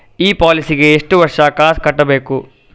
ಈ ಪಾಲಿಸಿಗೆ ಎಷ್ಟು ವರ್ಷ ಕಾಸ್ ಕಟ್ಟಬೇಕು?